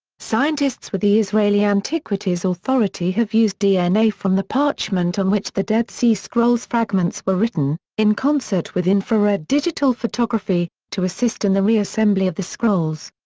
scientists with the israeli antiquities authority have used dna from the parchment on which the dead sea scrolls fragments were written, in concert with infrared digital photography, to assist in the reassembly of the scrolls.